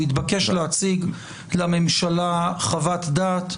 הוא התבקש להציג לממשלה חוות דעת.